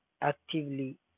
actively